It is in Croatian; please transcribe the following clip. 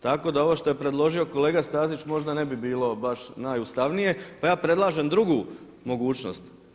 Tako da ovo što je predložio kolega Stazić možda ne bi bilo baš najustavnije, pa ja predlažem drugu mogućnost.